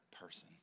person